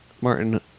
Martin